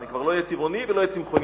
אני כבר לא אהיה טבעוני ולא אהיה צמחוני,